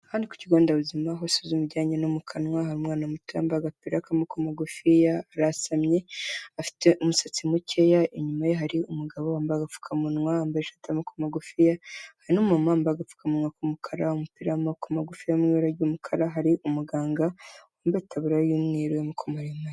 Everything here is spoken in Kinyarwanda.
Hano ni ku kigo nderabuzima ho basuzuma ibijyanye no mu kanwa, hari umwana muto, yambaye agapira k'amaboko magufiya, arasamye; afite umusatsi mukeya. Inyuma ye hari umugabo wambaye agapfukamunwa, wambaye ishati y'amaboko magufi; hari n'umumama wambaye agapfukamunwa k'umukara, umupira w'amaboko magufi yo mu ibara ry'umukara. Hari umuganga wambaye itaburiya y'umweru y'amaboko maremare.